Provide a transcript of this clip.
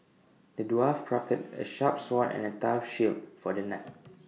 the dwarf crafted A sharp sword and A tough shield for the knight